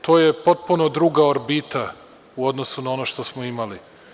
To je potpuno druga orbita u odnosu na ono što smo imali.